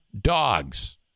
dogs